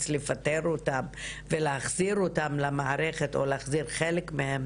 לפטר אותם ולהחזיר אותם למערכת או להחזיר חלק מהם,